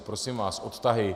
Prosím vás, odtahy.